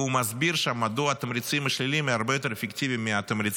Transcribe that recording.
והוא מסביר שם מדוע התמריצים השליליים הם הרבה יותר אפקטיביים מהתמריצים